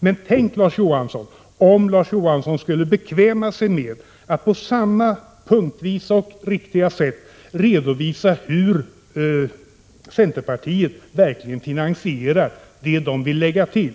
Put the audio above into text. Men tänk, om Larz Johansson skulle bekväma sig till att på samma punktvisa och riktiga sätt redovisa hur centerpartiet verkligen finansierar det man vill lägga till!